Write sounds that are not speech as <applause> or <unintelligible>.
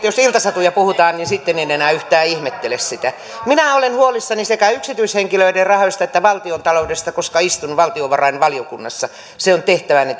<unintelligible> jos iltasatuja puhutaan niin sitten en enää yhtään ihmettele sitä minä olen huolissani sekä yksityishenkilöiden rahoista että valtiontaloudesta koska istun valtiovarainvaliokunnassa se on tehtäväni <unintelligible>